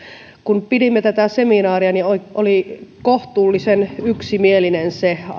kun pidimme tätä seminaaria niin oli kohtuullisen yksimielinen se